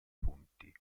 punti